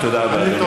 תודה רבה, אדוני.